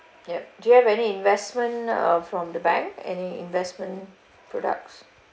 yup do you have any investment uh from the bank any investment products